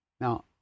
Now